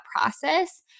process